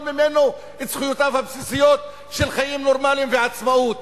ממנו את זכויותיו הבסיסיות של חיים נורמליים ועצמאות.